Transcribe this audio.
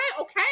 okay